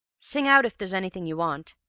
sing out if there's anything you want.